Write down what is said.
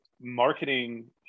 marketing